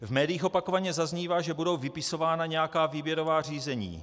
V médiích opakovaně zaznívá, že budou vypisována nějaká výběrová řízení.